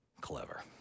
clever